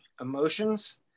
emotions